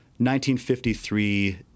1953